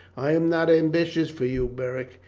i am not ambitious for you, beric.